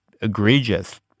egregious